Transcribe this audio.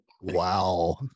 wow